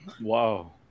Wow